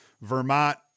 Vermont